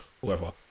whoever